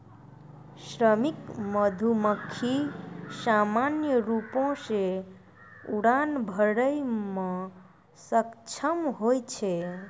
श्रमिक मधुमक्खी सामान्य रूपो सें उड़ान भरै म सक्षम होय छै